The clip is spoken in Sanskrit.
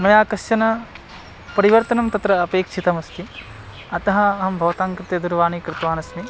मया कश्चन परिवर्तनं तत्र अपेक्षितमस्ति अतः अहं भवताङ्कृते दूरवाणीं कृतवान् अस्मि